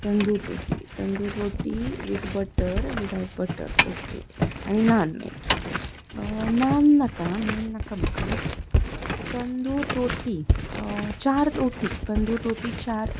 tandoor roti tandoor roti with butter without butter okay आनी नान मेळटले चार रोटी तंदूर रोटी चार